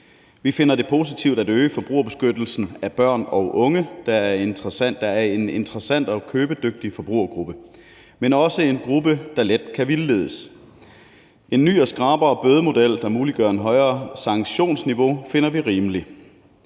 Vi finder det positivt at øge forbrugerbeskyttelsen af børn og unge, der er en interessant og købedygtig forbrugergruppe, men også en gruppe, der let kan vildledes. En ny og skrappere bødemodel, der muliggør et højere sanktionsniveau, finder vi er rimeligt.